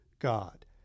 God